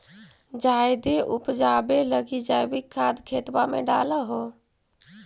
जायदे उपजाबे लगी जैवीक खाद खेतबा मे डाल हो?